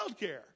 childcare